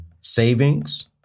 savings